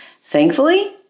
Thankfully